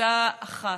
קבוצה אחת,